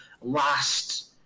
last